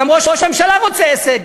גם ראש הממשלה רוצה הישג.